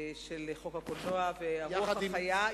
של חוק הקולנוע והרוח החיה,